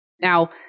Now